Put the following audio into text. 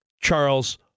Charles